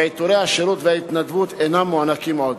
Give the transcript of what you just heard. ועיטורי השירות וההתנדבות אינם מוענקים עוד.